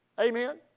Amen